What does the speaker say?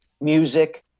music